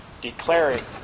declaring